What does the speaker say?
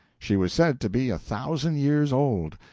she was said to be a thousand years old,